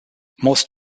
most